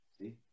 See